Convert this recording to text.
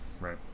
right